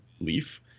Leaf